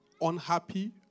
unhappy